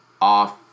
off